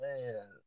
man